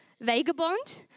vagabond